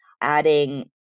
adding